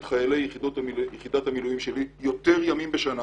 חיילי יחידת המילואים שלי מתאמנים יותר ימים בשנה,